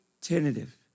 tentative